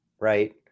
right